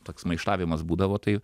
toks maištavimas būdavo tai